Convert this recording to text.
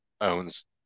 owns